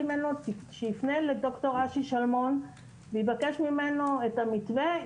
ממנו שיפנה לד"ר אשי שלמון ויבקש ממנו את המתווה.